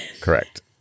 Correct